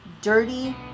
dirty